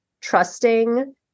trusting